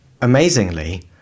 Amazingly